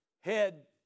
head